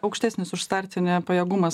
aukštesnis už startinį pajėgumas